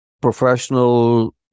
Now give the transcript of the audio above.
professional